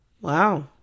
wow